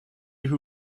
who